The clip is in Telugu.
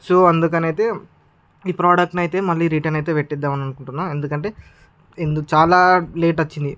సో అందుకని అయితే ఈ ప్రోడక్ట్ని అయితే మళ్ళీ రిటర్న్ అయితే పెట్టేద్దాం అనుకుంటున్నాను ఎందుకంటే చాలా లేట్ వచ్చింది